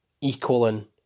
equaling